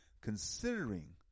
considering